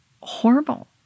horrible